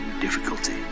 difficulty